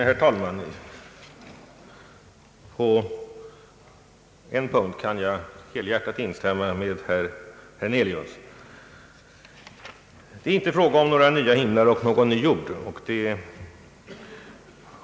Herr talman! På en punkt kan jag helhjärtat instämma med herr Hernelius: det är inte fråga om några nya himlar och någon ny jord.